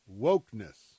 wokeness